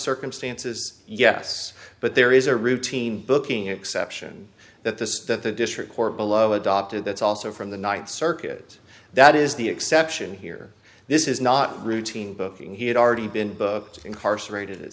circumstances yes but there is a routine booking exception that this that the district court below adopted that's also from the ninth circuit that is the exception here this is not routine booking he had already been booked incarcerated